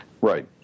Right